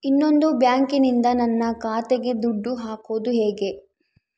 ಇನ್ನೊಂದು ಬ್ಯಾಂಕಿನಿಂದ ನನ್ನ ಖಾತೆಗೆ ದುಡ್ಡು ಹಾಕೋದು ಹೇಗೆ?